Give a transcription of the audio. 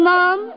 Mom